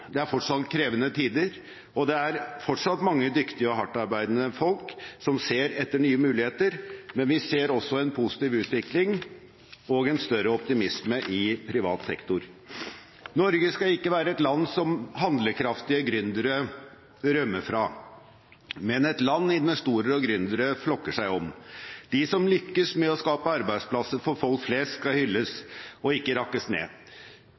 det er fortsatt krevende tider, og det er fortsatt mange dyktige og hardtarbeidende folk som ser etter nye muligheter, men vi ser også en positiv utvikling og en større optimisme i privat sektor. Norge skal ikke være et land som handlekraftige gründere rømmer fra, men et land investorer og gründere flokker seg om. De som lykkes med å skape arbeidsplasser for folk flest, skal hylles og ikke rakkes ned